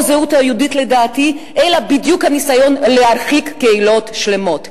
זו לא הזהות היהודית אלא בדיוק הניסיון להרחיק קהילות שלמות.